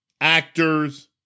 actors